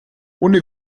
ohne